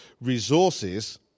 resources